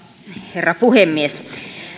herra puhemies